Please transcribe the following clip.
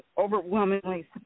overwhelmingly